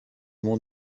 monts